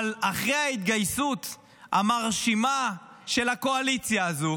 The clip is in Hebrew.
אבל אחרי ההתגייסות המרשימה של הקואליציה הזו